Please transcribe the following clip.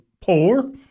poor